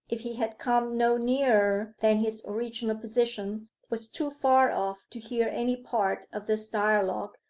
if he had come no nearer than his original position, was too far off to hear any part of this dialogue,